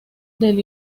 del